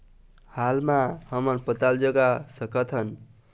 हाल मा हमन पताल जगा सकतहन?